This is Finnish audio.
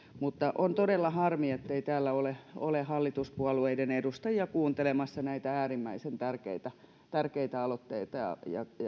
mutta on todella harmi ettei täällä ole ole hallituspuolueiden edustajia kuuntelemassa näitä äärimmäisen tärkeitä tärkeitä aloitteita ja